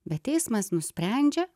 bet teismas nusprendžia